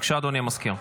בבקשה, אדוני המזכיר.